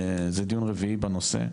זה דיון רביעי בנושא.